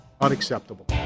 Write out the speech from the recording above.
Unacceptable